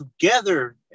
together